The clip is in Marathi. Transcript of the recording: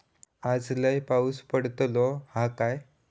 आज लय पाऊस पडतलो हा काय?